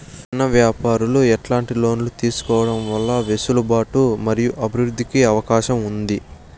చిన్న వ్యాపారాలు ఎట్లాంటి లోన్లు తీసుకోవడం వల్ల వెసులుబాటు మరియు అభివృద్ధి కి అవకాశం ఉంది?